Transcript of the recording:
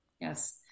Yes